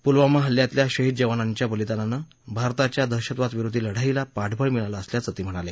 पुलवामा हल्ल्यातल्या शहीद जवानांच्या बलिदानान भारताच्या दहशतवाद विरोधी लढाईला पाठवळ मिळालं असल्याचंही ते म्हणले